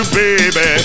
baby